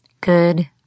good